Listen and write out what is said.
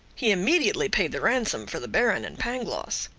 he immediately paid the ransom for the baron and pangloss.